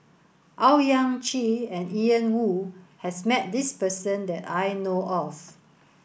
Owyang Chi and Ian Woo has met this person that I know of